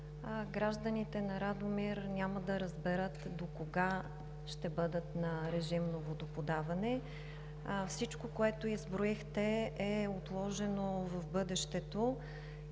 гражданите на Радомир няма да разберат докога ще бъдат на режимно водоподаване. Всичко, което изброихте, е отложено в бъдещето